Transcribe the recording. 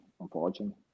unfortunately